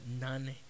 none